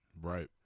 Right